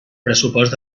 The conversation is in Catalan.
pressupost